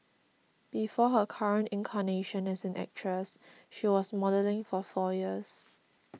before her current incarnation as an actress she was modelling for four years